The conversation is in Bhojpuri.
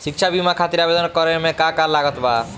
शिक्षा बीमा खातिर आवेदन करे म का का लागत बा?